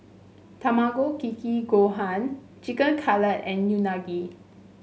Tamago Kake Gohan Chicken Cutlet and Unagi